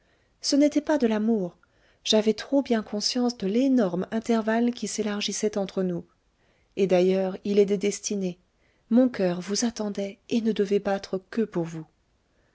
ce n'était pas de l'amour j'avais trop bien conscience de l'énorme intervalle qui s'élargissait entre nous et d'ailleurs il est des destinées mon coeur vous attendait et ne devait battre que pour vous